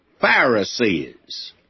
Pharisees